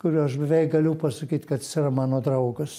kuriuo aš beveik galiu pasakyt kad jis yra mano draugas